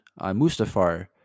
Mustafar